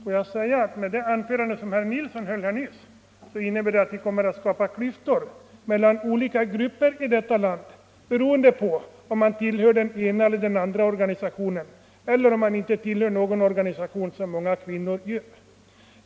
Innebörden av det anförande som herr Nilsson höll är att han vill skapa klyftor mellan olika grupper, mellan dem som tillhör den ena organisationen och dem som tillhör den andra organisationen eller ingen organisation alls — till vilken senare grupp många kvinnor hör.